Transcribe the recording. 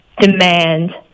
demand